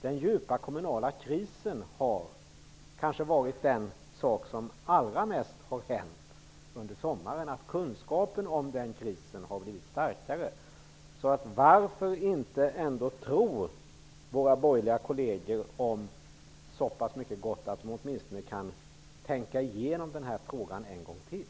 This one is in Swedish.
Det som har hänt under sommaren har kanske främst varit att kunskapen om den djupa kommunala krisen har blivit starkare. Varför inte ändå tro våra borgerliga kolleger om gott, så pass att de kan tänka igenom denna fråga en gång till.